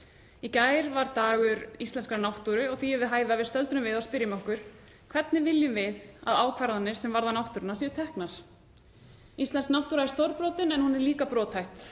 Í gær var dagur íslenskrar náttúru og því við hæfi að við stöldrum við og spyrjum okkur: Hvernig viljum við að ákvarðanir sem varða náttúruna séu teknar? Íslensk náttúra er stórbrotin en hún er líka brothætt.